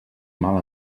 mal